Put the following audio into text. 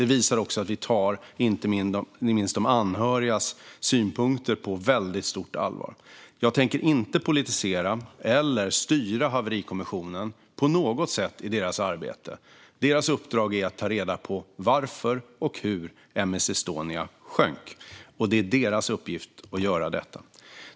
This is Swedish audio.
Det visar också att vi inte minst tar de anhörigas synpunkter på väldigt stort allvar. Jag tänker inte politisera eller styra haverikommissionen på något sätt i deras arbete. Deras uppdrag är att ta reda på varför och hur M/S Estonia sjönk. Det är deras uppgift att göra detta.